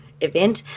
event